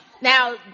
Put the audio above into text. Now